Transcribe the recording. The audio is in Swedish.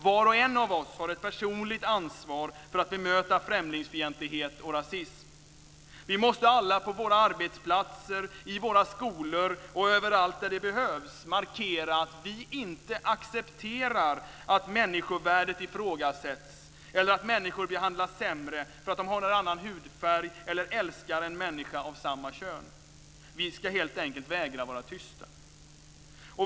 Var och en av oss har ett personligt ansvar för att bemöta främlingsfientlighet och rasism. Vi måste alla på våra arbetsplatser, i våra skolor och överallt där det behövs markera att vi inte accepterar att människovärdet ifrågasätts eller att människor behandlas sämre för att de har en annan hudfärg eller älskar en människa av samma kön. Vi ska helt enkelt vägra vara tysta.